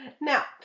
Now